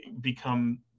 become